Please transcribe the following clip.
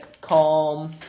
calm